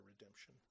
redemption